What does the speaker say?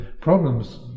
problems